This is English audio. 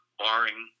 barring